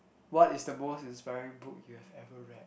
what is the most inspiring book you've ever read